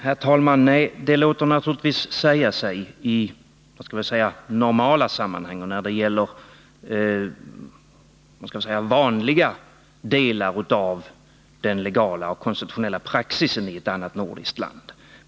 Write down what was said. Herr talman! Det låter naturligtvis säga sig i ”hormala” sammanhang, när det gäller vanliga delar av den legala och konstitutionella praxisen i ett annat nordiskt land.